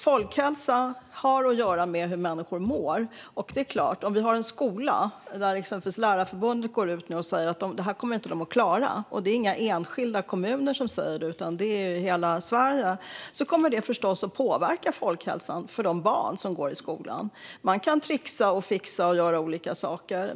Folkhälsa har att göra med hur människor mår. Om vi har en skola där exempelvis Lärarförbundet går ut och säger att de inte kommer att klara detta - det handlar inte om några enskilda kommuner utan om hela Sverige - kommer det förstås att påverka folkhälsan för de barn som går i skolan. Man kan trixa och fixa och göra olika saker.